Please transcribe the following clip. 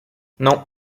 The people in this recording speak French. non